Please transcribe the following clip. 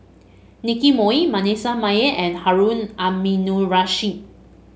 Nicky Moey Manasseh Meyer and Harun Aminurrashid